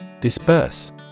Disperse